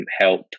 help